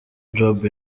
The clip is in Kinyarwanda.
job